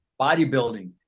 bodybuilding